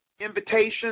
invitations